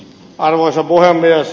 arvoisa puhemies